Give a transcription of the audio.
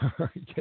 Okay